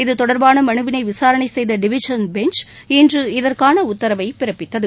இது தொடா்பான மனுவினை விசாரணை செய்த டிவிஷன் பெஞ்ச் இன்று இதற்கான உத்தரவை பிறப்பித்தது